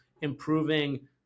improving